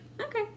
okay